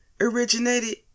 originated